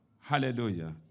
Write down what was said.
Hallelujah